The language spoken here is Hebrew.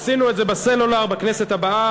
עשינו את זה בסלולר בכנסת הקודמת,